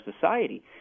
society